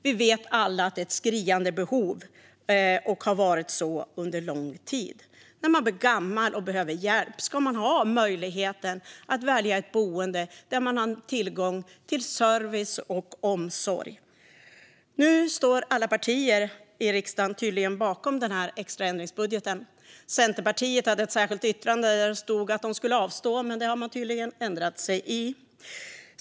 Vi vet alla att det finns ett skriande behov, och det har varit så under lång tid. När man blir gammal och behöver hjälp ska det vara möjligt att välja ett boende där det finns tillgång till service och omsorg. Nu står tydligen alla partier i riksdagen bakom den extra ändringsbudgeten. Centerpartiet hade ett särskilt yttrande där det stod att de ska avstå, men där har man tydligen ändrat sig.